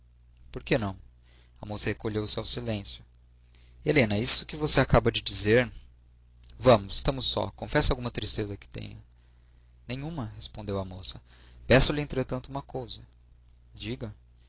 por que não a moça recolheu-se ao silêncio helena isso que você acaba de dizer vamos estamos sós confesse alguma tristeza que tenha nenhuma respondeu a moça peço-lhe entretanto uma coisa diga